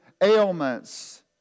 ailments